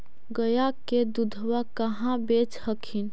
गया के दूधबा कहाँ बेच हखिन?